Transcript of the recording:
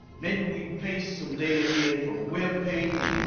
maybe we paste some data in from a web page.